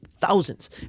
thousands